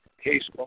case